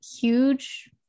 huge